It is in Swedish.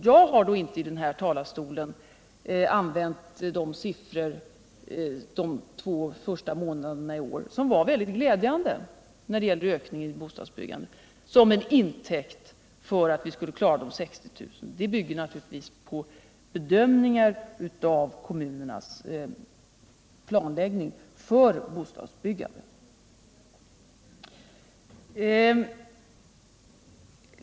Jag har inte i denna talarstol använt siffrorna för de två första månaderna i år, som visade en mycket glädjande ökning i bostadsbyggandet, som intäkt för att vi skulle klara de 60 000 lägenheterna. Den uppfattningen bygger naturligtvis på bedömningar av kommunernas planläggning för bostadsbyggandet.